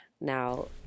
Now